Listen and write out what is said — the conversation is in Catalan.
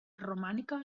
romànica